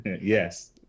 Yes